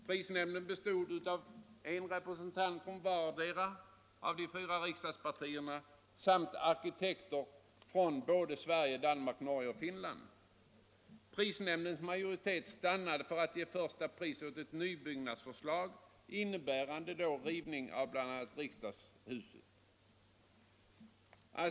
Prisnämnden bestod av en representant för vartdera av fyra riksdagspartier samt arkitekter från Sverige, Danmark, Norge och Finland. Prisnämndens majoritet stannade för att ge första pris åt ett nybyggnadsförslag som innebar rivning av bl.a. riksdagshuset.